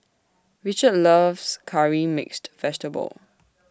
Richard loves Curry Mixed Vegetable